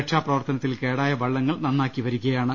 ര ക്ഷാപ്രവർത്തനത്തിൽ കേടായ വള്ളങ്ങൾ നന്നാക്കി വരികയാണ്